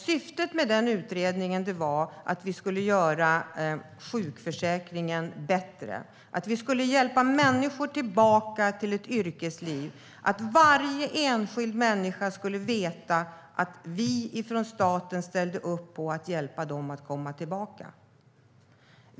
Syftet med utredningen var att vi skulle göra sjukförsäkringen bättre, att vi skulle hjälpa människor tillbaka till ett yrkesliv, att varje enskild människa skulle veta att vi från staten ställde upp för att hjälpa dem att komma tillbaka.